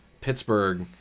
Pittsburgh